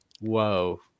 whoa